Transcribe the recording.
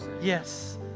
yes